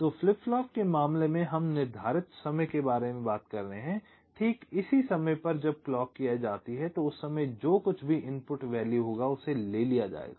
तो flip flop के मामले में हम निर्धारित समय के बारे में बात कर रहे हैं ठीक इसी समय पर जब क्लॉक की एज आती है तो उस समय जो कुछ भी इनपुट वैल्यू होगा उसे ले लिया जायेगा